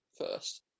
First